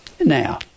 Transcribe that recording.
now